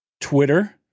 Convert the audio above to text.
Twitter